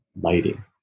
lighting